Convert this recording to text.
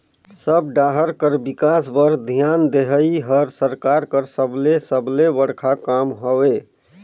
सब डाहर कर बिकास बर धियान देहई हर सरकार कर सबले सबले बड़खा काम हवे